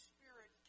Spirit